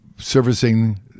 servicing